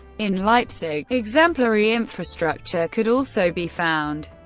in leipzig, exemplary infrastructure could also be found.